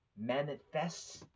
manifests